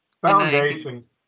Foundation